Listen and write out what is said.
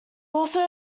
also